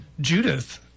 Judith